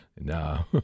No